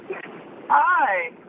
Hi